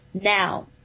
Now